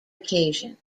occasion